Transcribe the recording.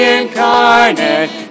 incarnate